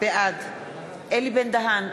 בעד אלי בן-דהן,